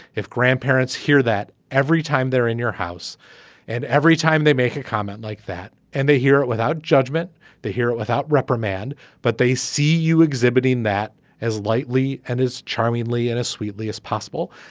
if grandparents hear that every time they're in your house and every time they make a comment like that and they hear it without judgment they hear it without reprimand but they see you exhibiting that as lightly and as charmingly and as sweetly as possible.